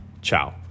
Ciao